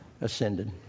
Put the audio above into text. ascended